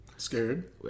Scared